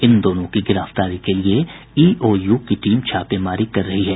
इन दोनों की गिरफ्तारी के लिए ईओयू की टीम छापेमारी कर रही है